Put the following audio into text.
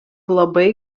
labai